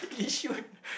Yishun